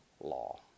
law